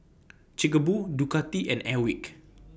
Chic A Boo Ducati and Airwick